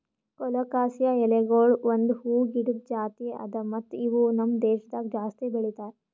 colocasia ಎಲಿಗೊಳ್ ಒಂದ್ ಹೂವು ಗಿಡದ್ ಜಾತಿ ಅದಾ ಮತ್ತ ಇವು ನಮ್ ದೇಶದಾಗ್ ಜಾಸ್ತಿ ಬೆಳೀತಾರ್